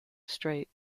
strait